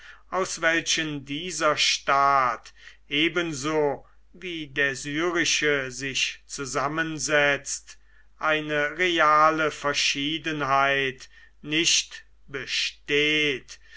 aus welchen dieser staat ebenso wie der syrische sich zusammensetzt eine reale verschiedenheit nicht besteht